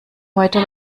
heute